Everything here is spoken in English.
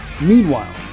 Meanwhile